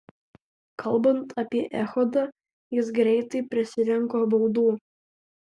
kalbant apie echodą jis greitai prisirinko baudų